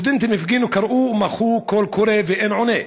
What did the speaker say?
הסטודנטים הפגינו, קראו ומחו, קול קורא ואין עונה.